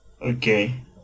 Okay